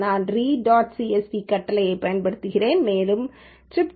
நான் read dot csv கட்டளையைப் பயன்படுத்துகிறேன் மேலும் tripdetails